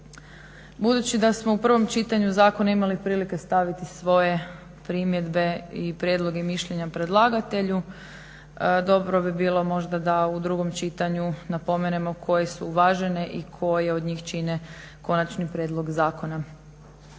Budući da smo u prvom čitanju zakona imali prilike staviti svoje primjedbe, prijedloge i mišljenja predlagatelju dobro bi bilo možda da u drugom čitanju napomenemo koje su uvažene i koje od njih čine konačni prijedlog zakona.